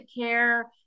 care